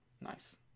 nice